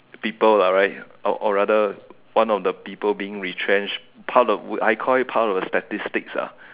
people ah right or or rather one of the people being retrenched part of the I call it part of the statistics ah